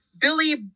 Billy